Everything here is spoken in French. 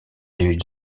des